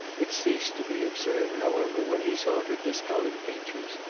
it ceased to be absurd, however, when he saw her discolored features.